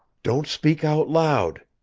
don't speak out loud,